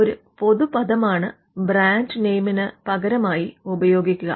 ഒരു പൊതു പദമാണ് ബ്രാൻഡ് നെയ്മിന് പകരമായി ഉപയോഗിക്കുക